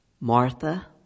Martha